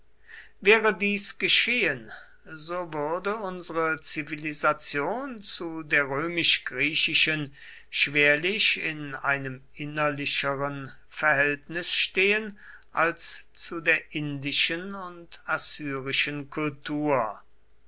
wäre dies geschehen so würde unsere zivilisation zu der römisch griechischen schwerlich in einem innerlicheren verhältnis stehen als zu der indischen und assyrischen kultur